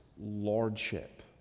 lordship